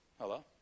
Hello